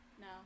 No